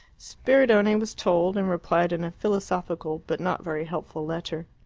spiridione was told, and replied in a philosophical but not very helpful letter.